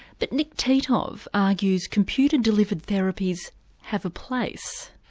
but nick titov argues computer delivered therapies have a place.